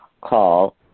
call